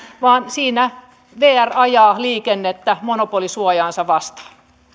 vaan siinä vr ajaa liikennettä monopolisuojaansa vastaan